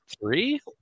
Three